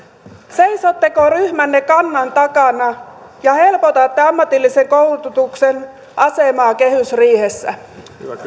seisotteko ryhmänne kannan takana ja helpotatte ammatillisen koulutuksen asemaa kehysriihessä